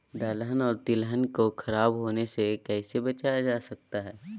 दलहन और तिलहन को खराब होने से कैसे बचाया जा सकता है?